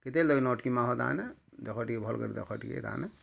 କେତେବେଳେ ଅଟ୍କିମା ତାହାନେ ଦେଖ ଟିକେ ଭଲ୍ କରି ଦେଖ ଟିକେ ତାହେନେ